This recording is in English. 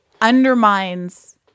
undermines